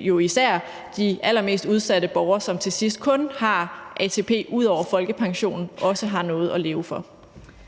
jo især de allermest udsatte borgere, som til sidst kun har ATP ud over folkepensionen, også har noget at leve for.